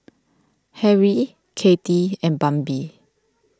Harrie Katy and Bambi